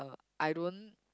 I don't